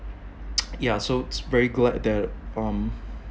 ya so it's very glad that um